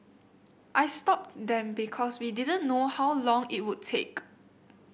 I stopped them because we didn't know how long it would take